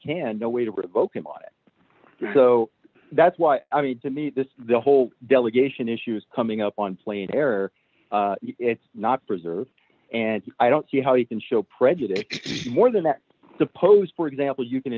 can no way to provoke him on it so that's why i need to meet the whole delegation issues coming up on plane air or it's not preserved and i don't see how you can show prejudice more than that suppose for example you can